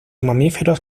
mamíferos